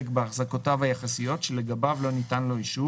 בהחזקותיו היחסיות שלגביו לא ניתן לו אישור,